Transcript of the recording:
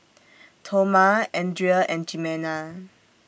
Toma Andrea and Jimena